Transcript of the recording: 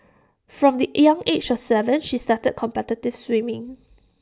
from the young age of Seven she started competitive swimming